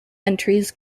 entries